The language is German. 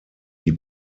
die